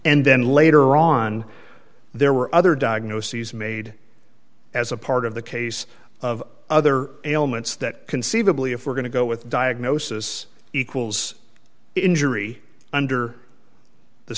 and then later on there were other diagnoses made as a part of the case of other ailments that conceivably if we're going to go with diagnosis equals injury under the